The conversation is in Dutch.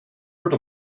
wordt